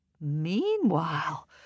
Meanwhile